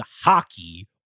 hockey